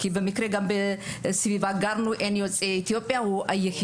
כי היה היחיד בסביבה מבין יוצאי אתיופיה.